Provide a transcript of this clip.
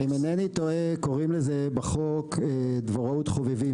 אם אינני טועה קוראים לזה בחוק "דבוראות חובבים".